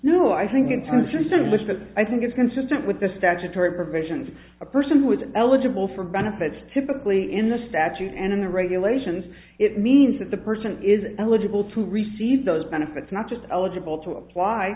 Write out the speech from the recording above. know i think in terms of the list that i think is consistent with the statutory provisions a person with eligible for benefits typically in the statute and in the regulations it means that the person is eligible to receive those benefits not just eligible to apply